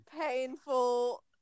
painful